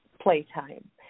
playtime